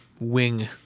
wing